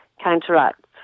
counteract